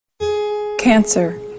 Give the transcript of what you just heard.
Cancer